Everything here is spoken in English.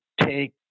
take